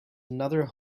another